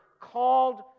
called